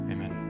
Amen